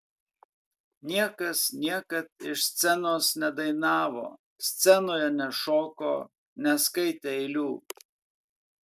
niekas niekad iš scenos nedainavo scenoje nešoko neskaitė eilių